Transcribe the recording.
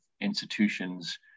institutions